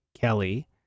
Kelly